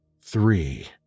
three